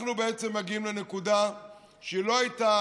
אנחנו בעצם מגיעים לנקודה שלא הייתה,